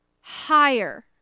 higher